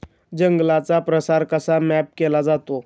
जंगलांचा प्रसार कसा मॅप केला जातो?